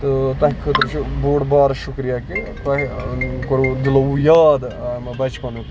تہٕ تۄہہِ خٲطرٕ چھُ بوٚڑ بارٕ شُکرِیا کہِ تۄہہِ کوٚروٕ دِلوو یاد مےٚ بَچپَنُک